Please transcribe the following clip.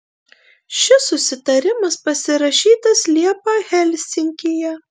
šis susitarimas pasirašytas liepą helsinkyje